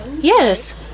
Yes